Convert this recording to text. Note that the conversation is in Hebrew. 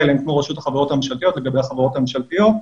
עליהם כמו רשות החברות הממשלתיות לגבי החברות הממשלתיות,